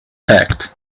fact